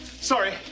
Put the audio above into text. Sorry